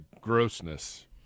grossness